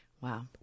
Wow